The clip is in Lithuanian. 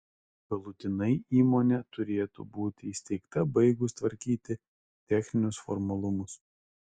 galutinai įmonė turėtų būti įsteigta baigus tvarkyti techninius formalumus